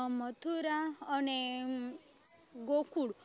મથુરા અને ગોકુળ